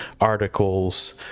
articles